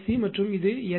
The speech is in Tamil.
சி மற்றும் இது எல்